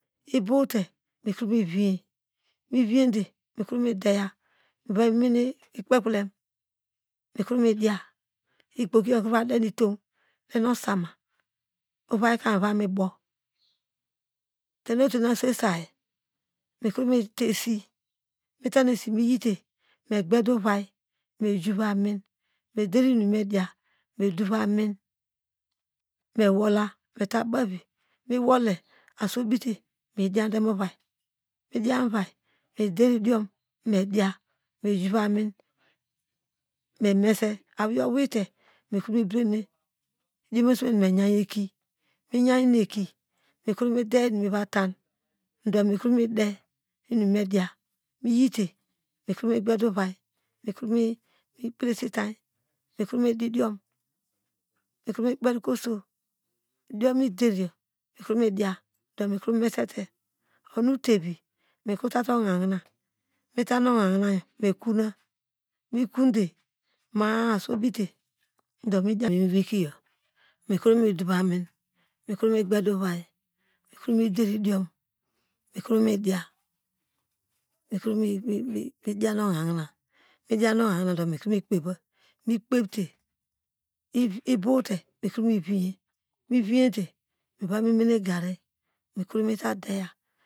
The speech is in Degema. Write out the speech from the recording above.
Ebow te mukemiviye miviyete mekre mediya mava memane ikpekrilem mikro midiya ikpokiyo mikreva denuitow nu osama ovaika miva mi bow tenu oten aswei saȳ mikre meta esi mite esimiyite me gbede ovai mediya medove amin mewola mita bavivi me wole asu obite mediande movai muidian mova mikro diya memese miyite mikro bedene miyaneke mikro mediye inumiviata domikro mide inumediya miyite mikro migbeede ovai mikro mikprese itany mikro mididiom mikro mikperke oso idiom me deryo mikremediya mikre mesete, mikro median ohahine midian ohohina do mikre mikpeva mikpete ibowote mikro mevaye meveyete meva menene gari mikro me deya